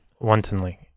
wantonly